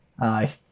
Aye